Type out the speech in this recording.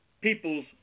people's